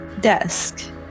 desk